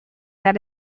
that